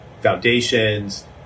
Foundations